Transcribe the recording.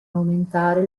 aumentare